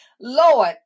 Lord